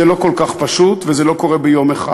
זה לא כל כך פשוט וזה לא קורה ביום אחד.